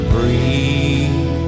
Breathe